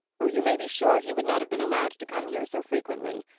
or you may be sure he would not have been allowed to come here so frequently.